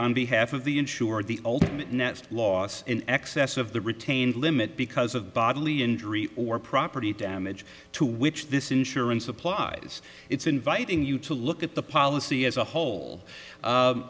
on behalf of the insured the ultimate net loss in excess of the retained limit because of bodily injury or property damage to which this insurance applies it's inviting you to look at the policy as a whole